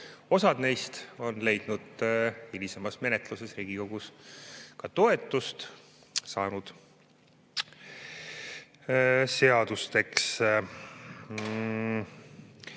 osa neist on leidnud hilisemas menetluses Riigikogus toetust ja saanud seadusteks. Ma